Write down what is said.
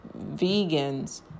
vegans